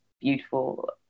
beautiful